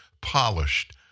polished